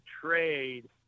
trade